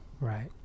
right